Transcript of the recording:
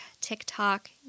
TikTok